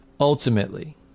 Ultimately